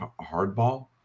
hardball